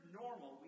normal